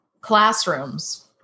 classrooms